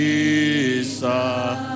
Jesus